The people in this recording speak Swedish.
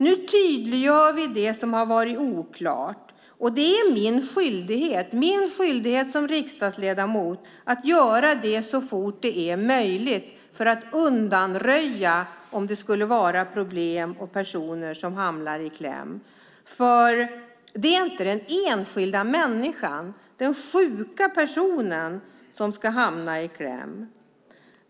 Vi tydliggör det som har varit oklart. Det är min skyldighet som riksdagsledamot att göra det så fort det är möjligt för att undvika problem och att människor hamnar i kläm. Den enskilda människan, den sjuka, ska inte hamna i kläm.